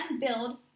build